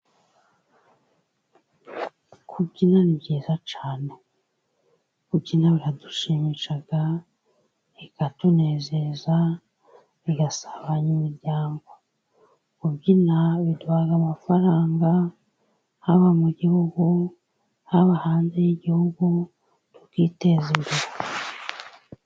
Kubyina ni byiza cyane. Kubyina biradushimisha, bikatunezeza, bigasabanya imiryango, kubyina biduha amafaranga haba mu gihugu, haba hanze y'igihugu, tukiteza imbere.